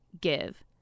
give